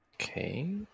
Okay